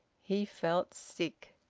he felt sick.